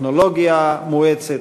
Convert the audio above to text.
הטכנולוגיה המואצת,